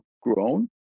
grown